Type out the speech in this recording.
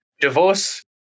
Divorce